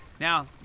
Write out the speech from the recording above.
Now